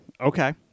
okay